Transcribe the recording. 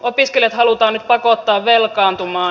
opiskelijat halutaan nyt pakottaa velkaantumaan